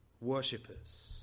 worshippers